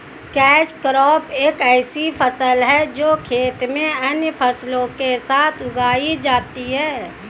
catch crop एक ऐसी फसल है जो खेत में अन्य फसलों के साथ उगाई जाती है